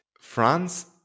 France